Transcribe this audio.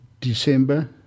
December